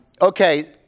Okay